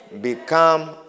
Become